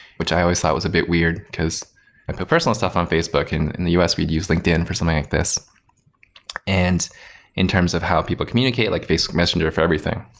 which i always thought was a bit weird, because i put personal stuff on facebook. and in the u s, we'd used linkedin for something like this and in terms of how people communicate, like facebook messenger for everything.